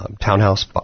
townhouse